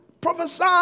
prophesy